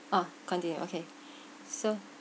oh continue okay so